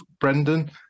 Brendan